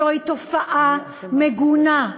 זוהי תופעה מגונה.